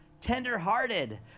tenderhearted